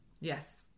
Yes